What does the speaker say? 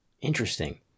Interesting